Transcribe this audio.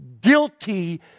Guilty